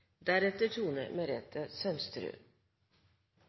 Representanten Tone Merete Sønsterud